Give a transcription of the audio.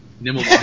Nimble